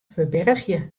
ferbergje